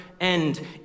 end